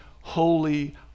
holy